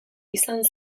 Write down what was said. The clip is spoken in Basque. izan